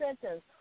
sentence